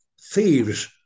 thieves